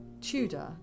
Tudor